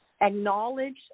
acknowledge